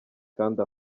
kandi